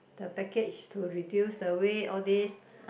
the package to reduce away all these